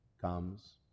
comes